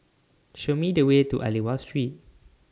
Show Me The Way to Aliwal Street